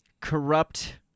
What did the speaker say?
Corrupt